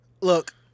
Look